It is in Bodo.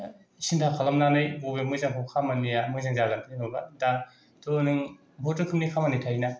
सिन्था खालामनानै बबे मोजांखौ खामानिया मोजां जागोन जेन'बा दाथ' नों बहुद रोखोमनि खामानि थायोना